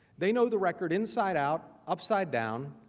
they know the record inside out upside down,